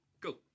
Go